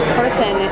person